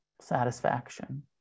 satisfaction